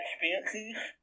experiences